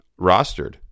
rostered